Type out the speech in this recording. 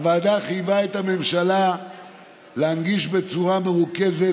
הוועדה חייבה את הממשלה להנגיש בצורה מרוכזת